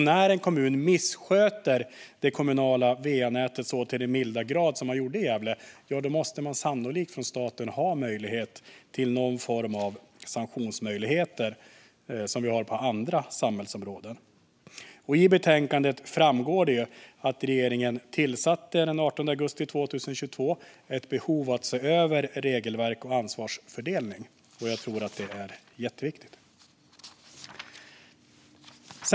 När en kommun missköter det kommunala va-nätet så till den milda grad att det blir som det blev i Gävle måste sannolikt staten ha någon form av sanktionsmöjligheter, vilket vi har på andra samhällsområden. I betänkandet framgår det att regeringen den 18 augusti 2022 tillsatte en utredning med anledning av behovet av att se över regelverk och ansvarsfördelning. Jag tror att det är jätteviktigt.